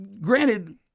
granted